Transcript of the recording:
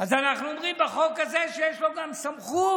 אז אנחנו אומרים בחוק הזה שיש לו גם סמכות